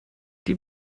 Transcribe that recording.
die